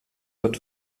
wird